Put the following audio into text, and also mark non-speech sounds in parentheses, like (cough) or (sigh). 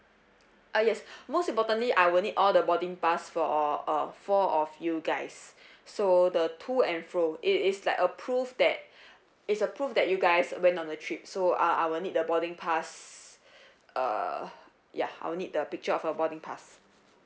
ah yes most importantly I will need all the boarding pass for uh four of you guys (breath) so the to and fro it is like a proof that (breath) it's a proof that you guys went on a trip so uh I will need the boarding pass (breath) uh ya I will need the picture of a boarding pass